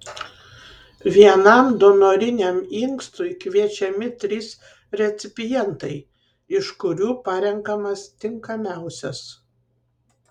vienam donoriniam inkstui kviečiami trys recipientai iš kurių parenkamas tinkamiausias